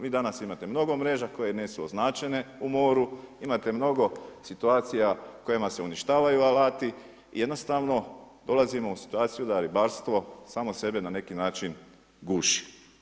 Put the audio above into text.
Vi danas imate mnogo mreža koje nisu označene u moru, imat mnogo situacija kojima se uništavaju alati i dolazimo u situaciju da ribarstvo samo sebe na neki način guši.